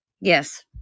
Yes